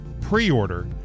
pre-order